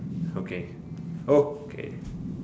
okay okay